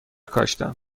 کاشتم